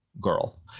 Girl